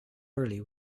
early